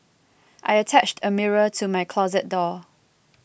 I attached a mirror to my closet door